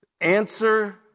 Answer